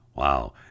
Wow